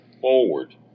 forward